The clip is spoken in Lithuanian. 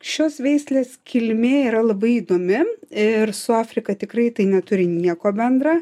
šios veislės kilmė yra labai įdomi ir su afrika tikrai tai neturi nieko bendra